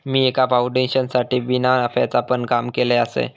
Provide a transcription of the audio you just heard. मी एका फाउंडेशनसाठी बिना नफ्याचा पण काम केलय आसय